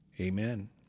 Amen